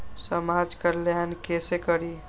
समाज कल्याण केसे करी?